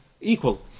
equal